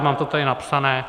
Mám to tady napsané.